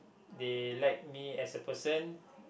they like me as a person